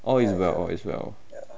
all is well all is well